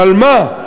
ועל מה?